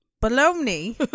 bologna